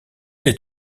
les